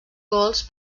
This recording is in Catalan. gols